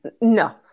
No